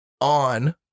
on